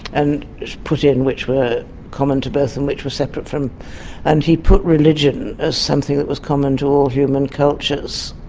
and put in which were common to both and which were separate, and he put religion as something that was common to all human cultures,